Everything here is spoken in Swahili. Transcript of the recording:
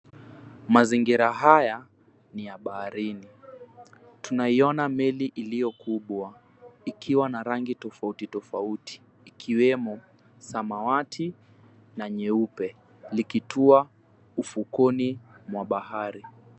Mazingira haya ni ya baharini. Tunaiona meli iliyo kubwa ikiwa na rangi tofauti tofauti ikiwemo samawati na nyeupe likitua ufukoni mwa bahari.